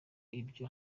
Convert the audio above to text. ibyo